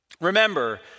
Remember